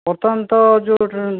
ବର୍ତ୍ତମାନ ତ ଯେଉଁ